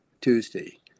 Tuesday